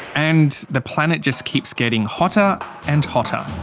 and the planet just keeps getting hotter and hotter.